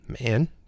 man